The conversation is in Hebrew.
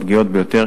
הפגיעות ביותר,